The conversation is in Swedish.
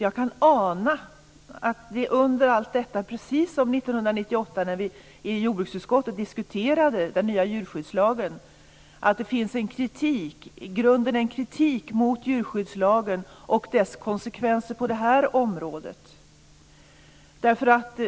Jag kan ana att det under allt detta - precis som 1998 när vi i jordbruksutskottet diskuterade den nya djurskyddslagen - finns en grundläggande kritik mot djurskyddslagens konsekvenser på det här området.